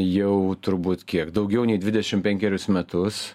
jau turbūt kiek daugiau nei dvidešim penkerius metus